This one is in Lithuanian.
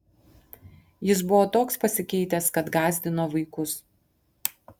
jis buvo toks pasikeitęs kad gąsdino vaikus